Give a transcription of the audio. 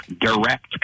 direct